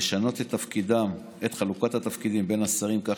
לשנות את חלוקת התפקידים בין השרים כך